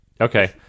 okay